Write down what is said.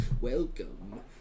Welcome